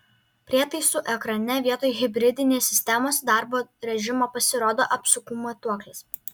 prietaisų ekrane vietoj hibridinės sistemos darbo režimo pasirodo apsukų matuoklis